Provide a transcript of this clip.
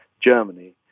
Germany